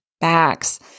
backs